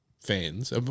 Fans